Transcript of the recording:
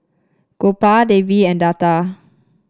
Gopal Devi and Lata